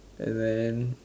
and then